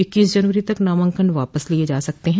इक्कीस जनवरी तक नामांकन वापस लिए जा सकते है